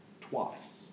twice